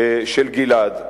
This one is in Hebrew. של גלעד.